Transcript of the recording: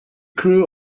grew